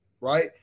right